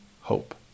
hope